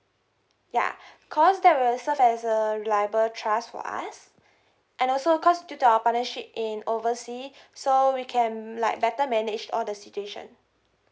ya because that will serve as a reliable trust for us and also cause due to our partnership in oversea so we can like better manage all the situation